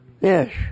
Yes